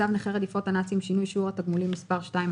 צו נכי רדיפות הנאצים (שינוי שיעור התגמולים) (מס' 2),